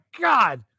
God